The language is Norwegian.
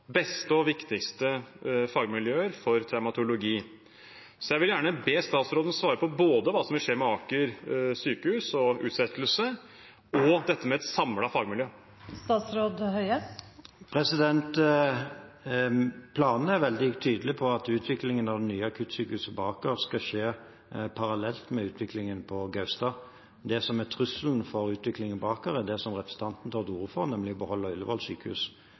beste og viktigste fagmiljøer for traumatologi. Jeg vil gjerne be statsråden svare på hva som vil skje, både med Aker sykehus og utsettelse og med et samlet fagmiljø. Planene er veldig tydelig på at utviklingen av det nye akuttsykehuset på Aker skal skje parallelt med utviklingen på Gaustad. Det som er trusselen for utviklingen på Aker, er det som representanten tar til orde for, nemlig å beholde